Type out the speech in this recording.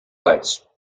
place